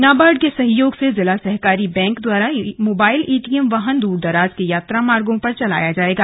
नाबार्ड के सहयोग से जिला सहकारी बैंक द्वारा मोबाइल एटीएम वाहन दूरदराज के यात्रा मार्गों पर चलाया जायेगा